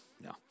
no